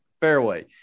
fairway